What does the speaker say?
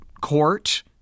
court